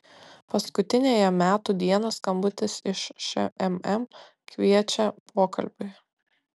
paskutiniąją metų dieną skambutis iš šmm kviečia pokalbiui